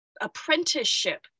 apprenticeship